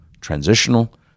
transitional